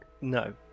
No